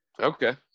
Okay